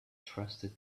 trusted